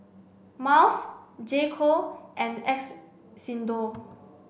Miles J co and X Xndo